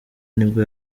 nibwo